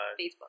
Facebook